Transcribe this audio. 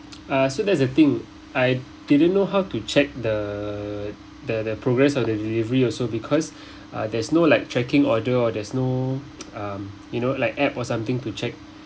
uh so that's the thing I didn't know how to check the the the progress of the delivery also because uh there's no like tracking order or there's no um you know like app or something to check